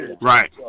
Right